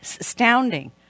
astounding